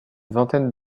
vingtaine